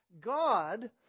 God